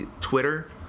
Twitter